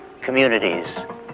communities